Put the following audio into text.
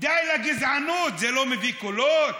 די לגזענות, זה לא מביא קולות,